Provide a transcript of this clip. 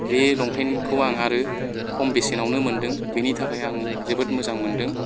बे लंपेन्टखौ आं आरो खम बेसेनावनो मोन्दों बिनि थाखाय आं जोबोद मोजां मोनदों